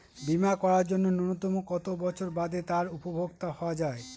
বীমা করার জন্য ন্যুনতম কত বছর বাদে তার উপভোক্তা হওয়া য়ায়?